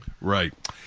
Right